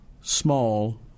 small